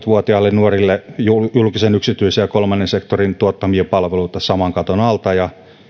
vuotiaille nuorille julkisen yksityisen ja kolmannen sektorin tuottamia palveluita saman katon alta ja